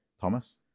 Thomas